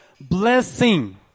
blessing